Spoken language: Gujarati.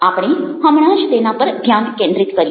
આપણે હમણાં જ તેના પર ધ્યાન કેન્દ્રિત કર્યું